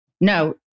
No